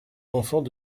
enfants